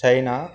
China